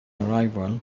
arrival